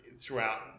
Throughout